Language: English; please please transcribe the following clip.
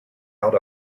out